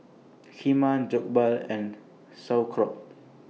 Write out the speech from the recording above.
Kheema Jokbal and Sauerkraut